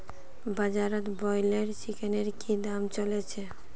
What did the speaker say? बाजारत ब्रायलर चिकनेर की दाम च ल छेक